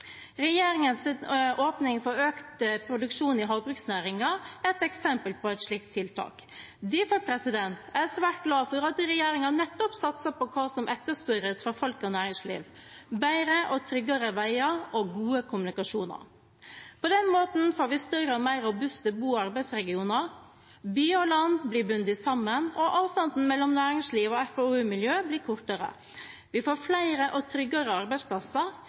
Regjeringens åpning for økt produksjon i havbruksnæringen er et eksempel på et slikt tiltak. Derfor er jeg svært glad for at regjeringen nettopp satser på hva som etterspørres fra folk og næringsliv: bedre og tryggere veier og god kommunikasjon. På den måten får vi større og mer robuste bo- og arbeidsregioner. By og land blir bundet sammen, og avstanden mellom næringsliv og FoU-miljøer blir kortere. Vi får flere og tryggere arbeidsplasser